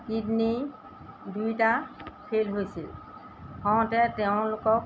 kidney দুয়োটা fail হৈছিল হওঁতে তেওঁলোকক